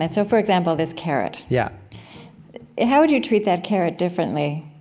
and so, for example, this carrot yeah how would you treat that carrot differently?